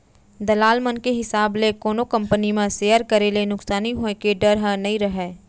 दलाल मन के हिसाब ले कोनो कंपनी म सेयर करे ले नुकसानी होय के डर ह नइ रहय